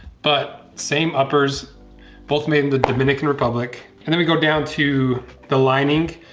but same uppers both made in the dominican republic. and then we go down to the lining.